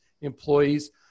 employees